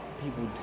people